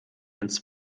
ins